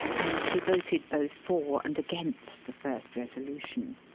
and she voted both for and against the first resolution.